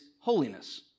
holiness